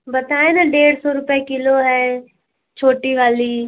बताए ना डेढ़ सौ रुपए किलो है छोटी वाली